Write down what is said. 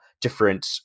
different